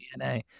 DNA